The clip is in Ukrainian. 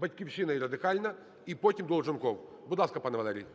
"Батьківщина" і Радикальна, і потім – Долженков. Будь ласка, пане Валерію.